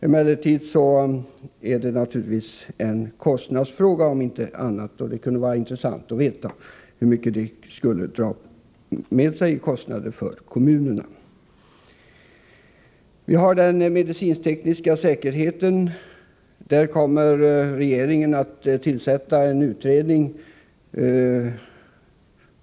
Emellertid är det naturligtvis en kostnadsfråga, om inte annat. Och det kunde vara intressant att veta hur mycket det skall dra med sig i kostnader för kommunerna. Beträffande den medicinsk-tekniska säkerheten kommer regeringen inom kort att tillsätta en utredning.